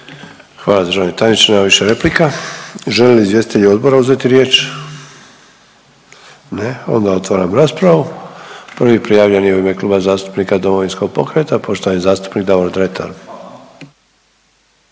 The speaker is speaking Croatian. Hvala državni tajniče, nema više replika. Žele li izvjestitelji odbora uzeti riječ? Ne, onda otvaram raspravu. Prvi prijavljeni je u ime Kluba zastupnika Domovinskog pokreta poštovani zastupnik Davor Dretar.